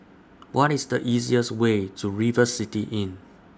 What IS The easiest Way to River City Inn